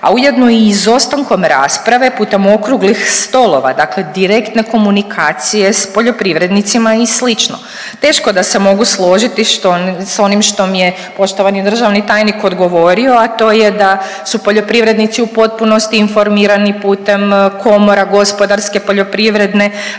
a ujedno i izostankom rasprave putem okruglih stolova, dakle direktne komunikacije sa poljoprivrednicima i slično. Teško da se mogu složiti sa onim što mi je poštovani državni tajnik odgovorio, a to je da su poljoprivrednici u potpunosti informirani putem komora - gospodarske, poljoprivredne.